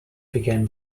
began